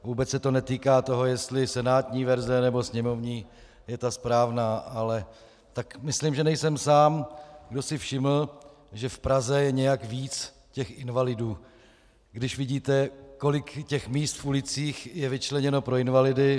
Vůbec se to netýká toho, jestli senátní verze, nebo sněmovní je ta správná, ale myslím, že nejsem sám, kdo si všiml, že v Praze je nějak víc invalidů, když vidíte, kolik míst v ulicích je vyčleněno pro invalidy.